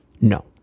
No